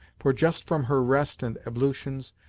for just from her rest and ablutions,